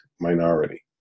minority